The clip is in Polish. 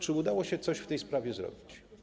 Czy udało się coś w tej sprawie zrobić?